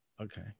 Okay